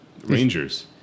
Rangers